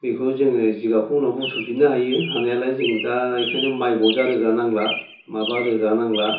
बेखौ जोङो जिगाबखौ उनाव बुथुमफिननो हायो हानायालाय जों दा बेखायनो माइ बजा रोगानांला माबा रोगानांला